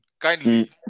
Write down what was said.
kindly